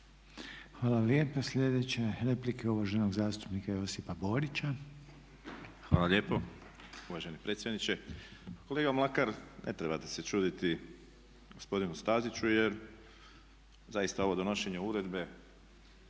Hvala lijepa. Sljedeća replika je uvaženog zastupnika Josipa Borića. **Borić, Josip (HDZ)** Hvala lijepo uvaženi predsjedniče. Kolega Mlakar ne trebate se čuditi gospodinu Staziću jer zaista ovo donošenje uredbe